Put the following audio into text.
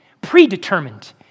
predetermined